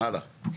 הלאה.